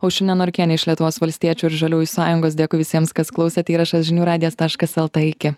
aušrine norkiene iš lietuvos valstiečių ir žaliųjų sąjungos dėkui visiems kas klausėte įrašas žinių radijas taškas lt iki